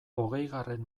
hogeigarren